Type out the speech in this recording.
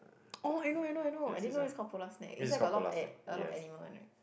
oh I know I know I know I didn't know it's called polar snack inside got a lot of a~ a lot of animal one right